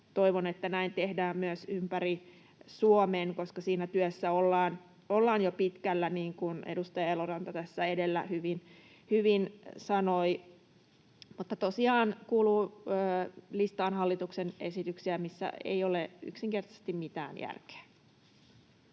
Toivon, että näin tehdään myös ympäri Suomen, koska siinä työssä ollaan jo pitkällä, niin kuin edustaja Eloranta tässä edellä hyvin sanoi. Mutta tosiaan tämä kuuluu listaan hallituksen esityksiä, missä ei ole yksinkertaisesti mitään järkeä.